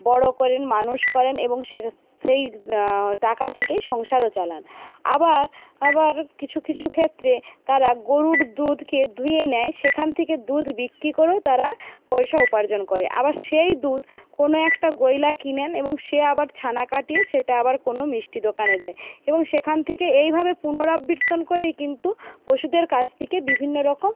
বড় করেন মানুষ করেন এবং সেই টাকা থেকে সংসারও চালান আবার আবার কিছু কিছু ক্ষেত্রে তারা গরুর দুধকে দুইয়ে নেয় সেখান থেকে দুধ বিক্রি করেও তারা পয়সা উপার্জন করে আবার সেই দুধ কোনও একটা গয়লা কিনেন এবং সে আবার ছানা কাটিয়ে সেটা আবার কোনও মিষ্টি দোকানে দেয় এবং সেখান থেকে এইভাবে পুনরাবৃত্তন করেই কিন্তু পশুদের কাছ থেকে বিভিন্নরকম